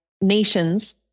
nations